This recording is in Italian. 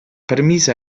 permise